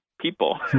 people